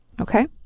Okay